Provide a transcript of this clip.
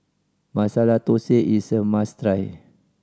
Masala Thosai is a must try